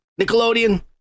Nickelodeon